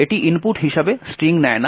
এটি ইনপুট হিসাবে স্ট্রিং নেয় না